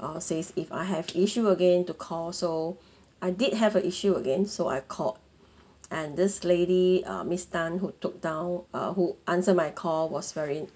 uh says if I have issue again to call so I did have a issue again so I called and this lady uh miss tan who took down uh who answer my call was very